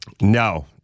No